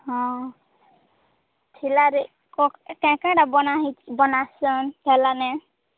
ହଁ ଠେଲାରେ କ କାଁଣ କାଁଣ ବନା ହେଇଚି ବନାସି ଠେଲା ନେ